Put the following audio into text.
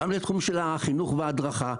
גם בתחום של החינוך וההדרכה,